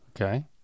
Okay